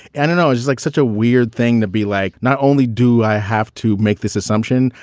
and know. it just like such a weird thing to be like. not only do i have to make this assumption,